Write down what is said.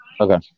Okay